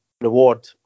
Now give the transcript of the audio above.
reward